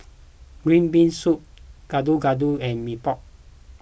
Green Bean Soup Gado Gado and Mee Pok